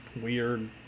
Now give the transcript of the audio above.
weird